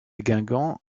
guingamp